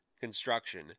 Construction